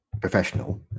professional